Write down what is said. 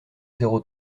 zéro